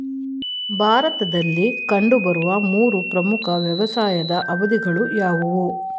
ಭಾರತದಲ್ಲಿ ಕಂಡುಬರುವ ಮೂರು ಪ್ರಮುಖ ವ್ಯವಸಾಯದ ಅವಧಿಗಳು ಯಾವುವು?